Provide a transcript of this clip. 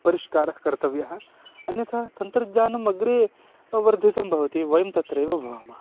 परिष्कारः कर्तव्यः अन्यथा तन्त्रज्ञानमग्रे वर्धितं भवति वयं तत्रैव भवामः